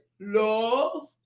love